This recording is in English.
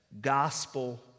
gospel